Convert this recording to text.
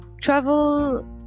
Travel